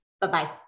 Bye-bye